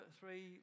three